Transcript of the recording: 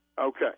Okay